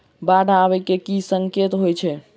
बाढ़ आबै केँ की संकेत होइ छै?